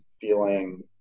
feeling